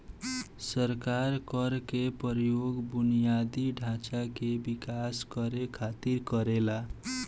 सरकार कर के प्रयोग बुनियादी ढांचा के विकास करे खातिर करेला